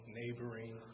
neighboring